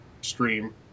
stream